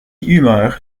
humeur